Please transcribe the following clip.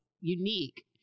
unique